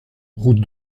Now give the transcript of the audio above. route